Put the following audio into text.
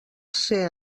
ser